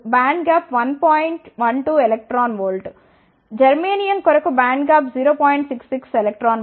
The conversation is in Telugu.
12 eV Ge కొరకు బ్యాండ్ గ్యాప్ 0